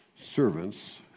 servants